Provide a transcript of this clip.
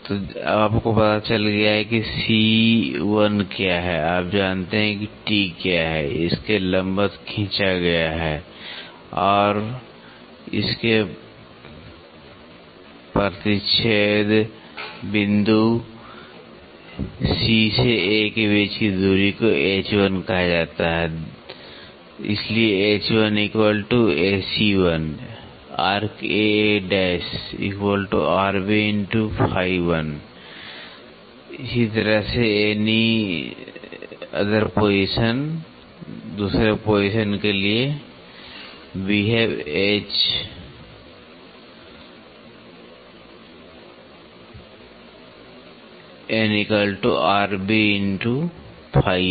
तो अब आपको पता चल गया है कि C1 क्या है आप जानते हैं कि T क्या है जो इसके लंबवत खींचा गया है और प्रतिच्छेद बिंदु C' से A के बीच की दूरी को h1 कहा जाता है